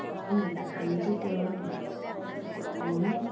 पकाउँछौँ अन्त खान चाहिँ त्यही हो हामी काँसाको थालमा